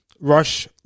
Rush